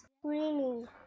screaming